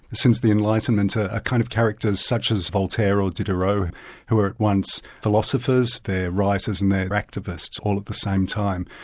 since the enlightenment, ah kind of characters such as voltaire or diderot who were at once philosophers, they're writers and they're activists, all at the same time.